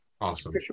Awesome